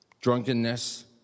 drunkenness